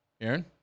Aaron